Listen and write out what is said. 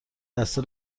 بسته